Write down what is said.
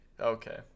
Okay